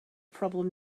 problem